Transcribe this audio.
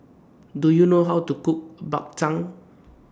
Do YOU know How to Cook Bak Chang